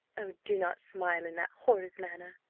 oh, do not smile in that horrid manner!